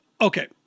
Okay